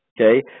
Okay